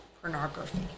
pornography